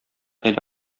әле